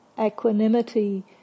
equanimity